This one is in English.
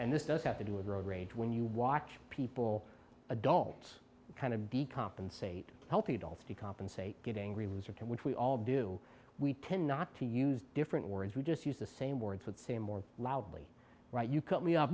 and this does have to do with road rage when you watch people adults kind of be compensate healthy adults to compensate getting release of which we all do we tend not to use different words we just use the same words would say more loudly right you cut me off